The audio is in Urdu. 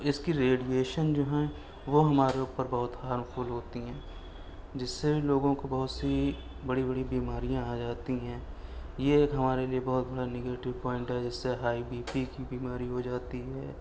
اس کی ریڈیئشن جو ہیں وہ ہمارے اوپر بہت ہارمفل ہوتی ہیں جس سے لوگوں کو بہت سی بڑی بڑی بیماریاں آ جاتی ہیں یہ ایک ہمارے لیے بہت بڑا نگیٹو پوائنٹ ہے جس سے ہائی بی پی کی بیماری ہو جاتی ہے